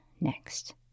next